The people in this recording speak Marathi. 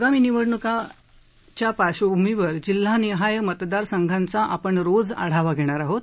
आगामी विधानसभा निवडणुकीच्या पार्श्वभूमीवर जिल्हानिहाय मतदार संघांचा आपण रोज आढावा घेणार आहोत